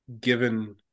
given